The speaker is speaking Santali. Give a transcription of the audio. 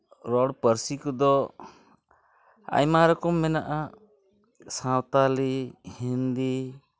ᱨᱚᱲ ᱯᱟᱹᱨᱥᱤ ᱠᱚᱫᱚ ᱟᱭᱢᱟ ᱨᱚᱠᱚᱢ ᱢᱮᱱᱟᱜᱼᱟ ᱥᱟᱶᱛᱟᱞᱤ ᱦᱤᱱᱫᱤ